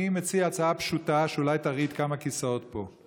אני מציע הצעה פשוטה שאולי תרעיד כמה כיסאות פה: